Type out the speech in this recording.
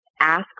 ask